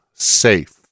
Safe